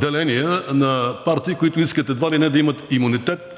деления на партии, които искат едва ли не да имат имунитет,